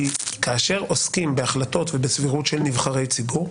כאשר עוסקים בהחלטות ובסבירות של נבחרי ציבור,